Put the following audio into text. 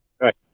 right